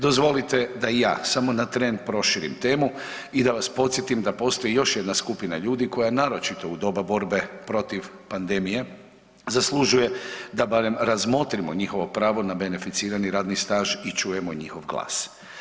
Dozvolite da i ja samo na tren proširim temu i da vas podsjetim da postoji još jedna skupina ljudi koja naročito u doba borbe protiv pandemije zaslužuje da barem razmotrimo njihovo pravo na beneficirani radni staž i čujemo njihov glas.